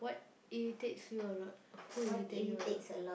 what irritates you a lot who irritate you a lot